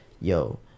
yo